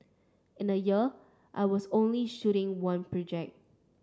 in a year I was only shooting one project